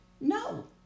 No